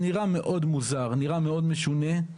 נראה מאוד מוזר, נראה מאוד משונה,